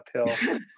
uphill